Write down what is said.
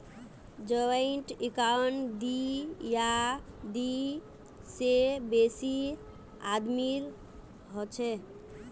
joint account दी या दी से बेसी आदमीर हछेक